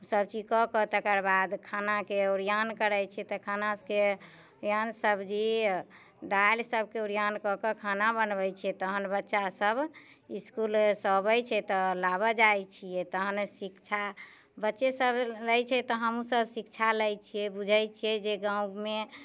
सभचीज कऽ कऽ तकर बाद खानाके ओरियान करै छियै तऽ खानाके ओरियान सब्जी दालिसभके ओरियान कऽ कऽ खाना बनबैत छियै तखन बच्चासभ इसकुलेसँ अबै छै तऽ लाबय जाइत छियै तखन शिक्षा बच्चेसभ लैत छै तऽ हमहूँसभ शिक्षा लैत छियै बुझै छियै जे गाममे